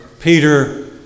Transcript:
Peter